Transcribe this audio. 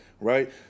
Right